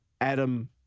Adam